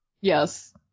Yes